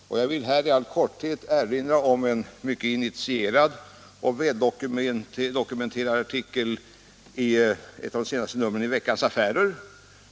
Jag vill här i all korthet erinra om en mycket initierad och väldokumenterad artikel i ett av de senaste numren av Veckans Affärer.